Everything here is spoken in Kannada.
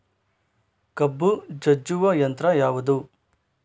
ಕಬ್ಬು ಜಜ್ಜುವ ಯಂತ್ರ ಯಾವುದು?